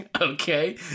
okay